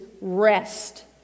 rest